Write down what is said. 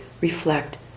reflect